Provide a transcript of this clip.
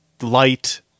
light